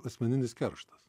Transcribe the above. asmeninis kerštas